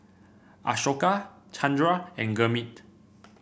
Ashoka Chandra and Gurmeet